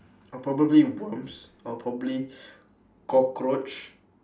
or probably worms or probably cockroach